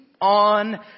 on